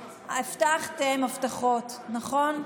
חברים, אתם הבטחתם הבטחות, נכון?